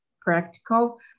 practical